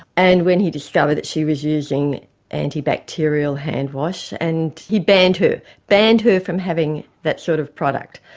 and when he discovered that she was using anti-bacterial hand wash, and he banned her banned her from having that sort of product.